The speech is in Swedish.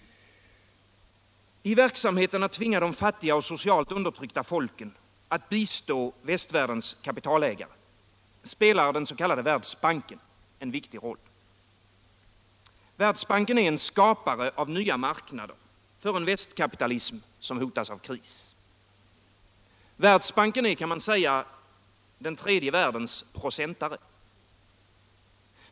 I verksamheten att tvinga de fattiga och socialt undertryckta folken att bistå västvärldens kapitalägare spelar den s.k. Världsbanken en viktig roll. Världsbanken är en skapare av nva marknader för en västkapitalism som hotas av kris. Världsbanken är, kan man säga, tredje världens procentare.